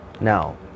Now